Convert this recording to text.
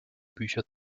bücher